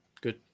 Good